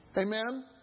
Amen